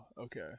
okay